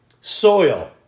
soil